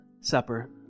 Supper